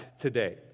today